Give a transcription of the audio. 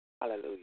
Hallelujah